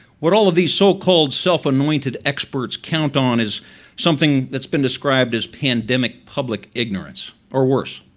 what all of these so-called self-annointed experts count on is something that's been described as pandemic public ignorance, or worse,